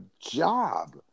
job